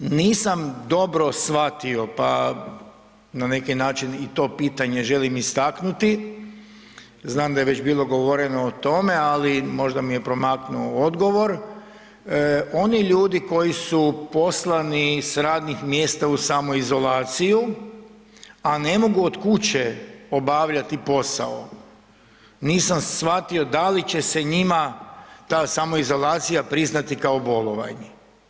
Nisam dobro shvatio, pa na neki način i to pitanje želim istaknuti, znam da je već bilo govoreno o tome, ali možda mi je promaknuo odgovor, oni ljudi koji su poslani s radnih mjesta u samoizolaciju, a ne mogu od kuće obavljati posao, nisam shvatio da li će se njima ta samoizolacija priznati kao bolovanje?